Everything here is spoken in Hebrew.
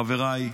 חבריי,